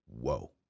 Whoa